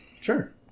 Sure